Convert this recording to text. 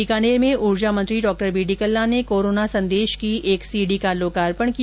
बीकानेर में उर्जा मंत्री डॉ बीडी कल्ला ने कोरोना संदेश की एक सीडी का लोकापर्ण किया